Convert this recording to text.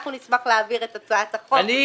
אנחנו נשמח להעביר את הצעת החוק ונקדם את זה.